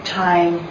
time